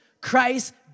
Christ